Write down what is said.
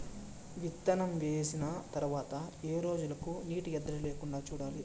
విత్తనం వేసిన తర్వాత ఏ రోజులకు నీటి ఎద్దడి లేకుండా చూడాలి?